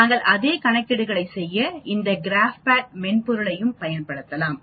நாங்கள் அதே கணக்கீடுகளைச் செய்ய இந்த கிராஃ பேட் மென்பொருளையும் பயன்படுத்தலாம்